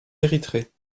érythrée